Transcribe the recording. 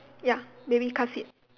ya baby car seat